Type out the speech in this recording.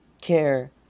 care